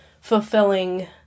fulfilling